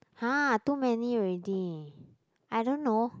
!huh! too many already I don't know